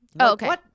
Okay